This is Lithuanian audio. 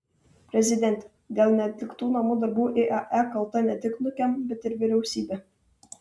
prezidentė dėl neatliktų namų darbų iae kalta ne tik nukem bet ir vyriausybė